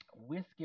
whiskey